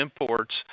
imports